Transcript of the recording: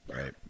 Right